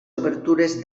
obertures